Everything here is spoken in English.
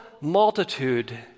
multitude